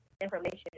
information